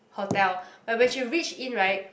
hotel but when she reach in right